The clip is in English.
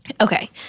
Okay